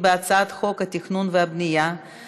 הצעת חוק עובדים זרים